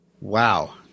wow